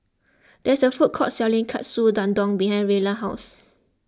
there is a food court selling Katsu Tendon behind Rella's house